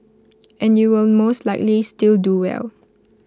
and you will most likely still do well